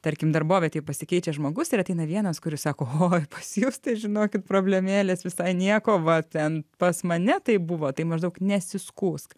tarkim darbovietėj pasikeičia žmogus ir ateina vienas kuris sako oi pas jus tai žinokit problemėlės visai nieko va ten pas mane taip buvo tai maždaug nesiskųsk